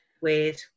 weird